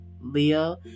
Leo